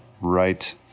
Right